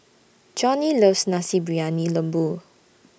Johnnie loves Nasi Briyani Lembu